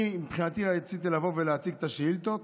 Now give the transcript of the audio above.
מבחינתי רציתי לבוא ולהציג את השאילתות,